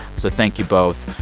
so thank you both.